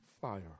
fire